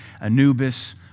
Anubis